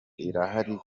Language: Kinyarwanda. irahari